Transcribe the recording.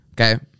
okay